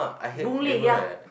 Boon-Lay ya